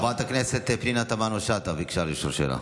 חברת הכנסת פנינה תמנו שטה ביקשה לשאול שאלה.